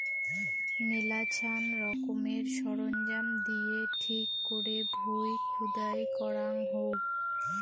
মেলাছান রকমের সরঞ্জাম দিয়ে ঠিক করে ভুঁই খুদাই করাঙ হউ